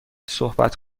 صحبت